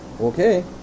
Okay